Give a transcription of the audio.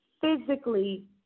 physically